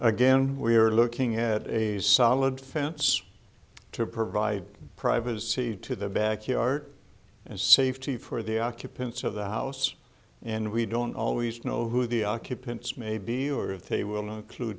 again we are looking at a solid fence to provide privacy to the backyard and safety for the occupants of the house and we don't always know who the occupants may be or if they will inclu